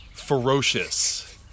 ferocious